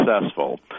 successful